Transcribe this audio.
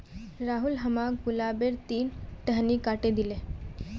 राहुल हमाक गुलाबेर तीन टहनी काटे दिले